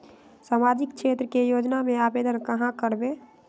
सामाजिक क्षेत्र के योजना में आवेदन कहाँ करवे?